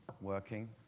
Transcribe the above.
working